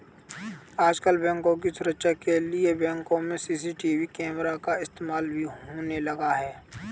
आजकल बैंकों की सुरक्षा के लिए बैंकों में सी.सी.टी.वी कैमरा का इस्तेमाल भी होने लगा है